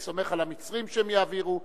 אני סומך על המצרים שהם יעבירו.